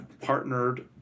partnered